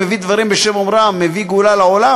המביא דברים בשם אומרם מביא גאולה לעולם,